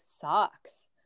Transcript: sucks